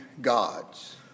gods